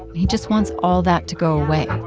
he just wants all that to go away.